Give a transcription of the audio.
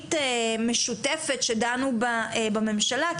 תוכנית משותפת שדנו בה בממשלה,